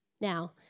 Now